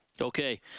Okay